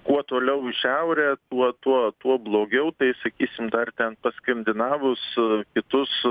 kuo toliau į šiaurę tuo tuo tuo blogiau tai sakysim dar ten pas skandinavus kitus